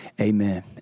Amen